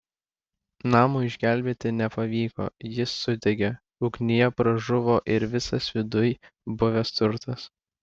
namo išgelbėti nepavyko jis sudegė ugnyje pražuvo ir visas viduj buvęs turtas